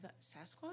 Sasquatch